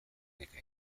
neka